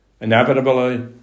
Inevitably